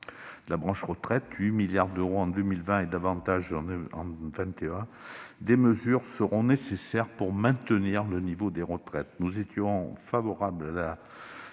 la branche retraite, qui s'élève à 8 milliards d'euros en 2020 et davantage en 2021, des mesures seront nécessaires pour maintenir le niveau des retraites. Nous étions favorables à la